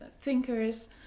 thinkers